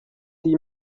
فِي